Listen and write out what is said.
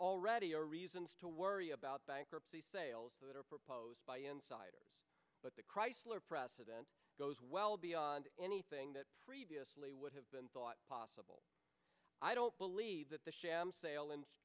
already are reasons to worry about bankruptcy sales that are proposed by insiders but the chrysler precedents goes well beyond anything that previously would have been thought possible i don't believe that the sham sale and